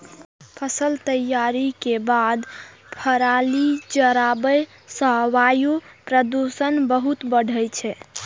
फसल तैयारी के बाद पराली जराबै सं वायु प्रदूषण बहुत बढ़ै छै